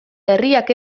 herriak